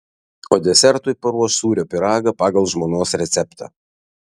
o desertui paruoš sūrio pyragą pagal žmonos receptą